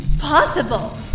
possible